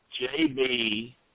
JB